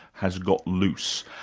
has got loose,